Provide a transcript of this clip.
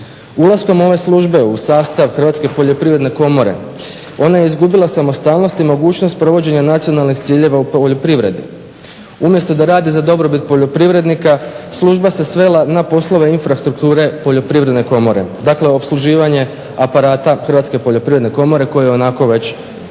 Ulaskom ove službe u sastav Hrvatske poljoprivredne komore ona je izgubila samostalnost i mogućnost provođenja nacionalnih ciljeva u poljoprivredi. Umjesto da rade za dobrobit poljoprivrednika služba se svela na poslove infrastrukture Poljoprivredne komore, dakle opsluživanje aparata Hrvatske poljoprivredne komore koji je ionako već postojao